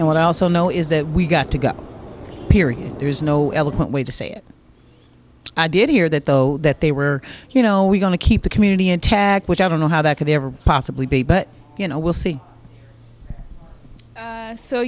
and what i also know is that we got to go period there is no eloquent way to say it i did hear that though that they were you know we got to keep the community intact which i don't know how that could ever possibly be but you know we'll see so